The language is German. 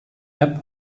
app